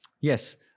Yes